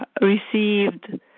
received